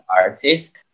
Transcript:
artist